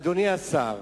אדוני השר,